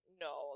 no